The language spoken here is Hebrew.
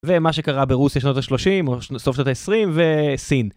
ומה שקרה ברוסיה שנות ה-30, סוף שנות ה-20 וסין.